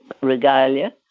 regalia